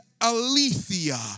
Aletheia